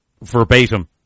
verbatim